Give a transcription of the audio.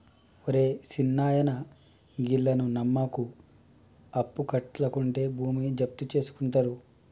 ఒరే సిన్నాయనా, గీళ్లను నమ్మకు, అప్పుకట్లకుంటే భూమి జప్తుజేసుకుంటరు